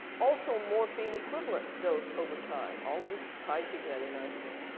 also morphine equivalent dose over time, all this tied together nicely.